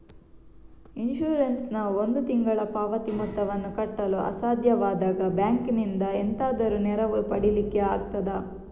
Insurance ನ ಒಂದು ತಿಂಗಳ ಪಾವತಿ ಮೊತ್ತವನ್ನು ಕಟ್ಟಲು ಅಸಾಧ್ಯವಾದಾಗ ಬ್ಯಾಂಕಿನಿಂದ ಎಂತಾದರೂ ನೆರವು ಪಡಿಲಿಕ್ಕೆ ಆಗ್ತದಾ?